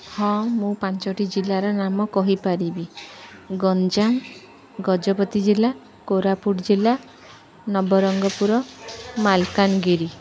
ହଁ ମୁଁ ପାଞ୍ଚଟି ଜିଲ୍ଲାର ନାମ କହିପାରିବି ଗଞ୍ଜାମ ଗଜପତି ଜିଲ୍ଲା କୋରାପୁଟ ଜିଲ୍ଲା ନବରଙ୍ଗପୁର ମାଲକାନଗିରି